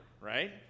right